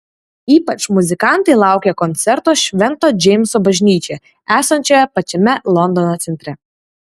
ypač muzikantai laukia koncerto švento džeimso bažnyčioje esančioje pačiame londono centre